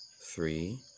three